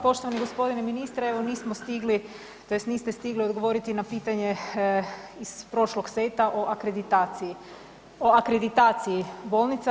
Poštovani gospodine ministre, evo nismo stigli, tj. niste stigli odgovoriti na pitanje iz prošlog seta o akreditaciji, o akreditaciji bolnica.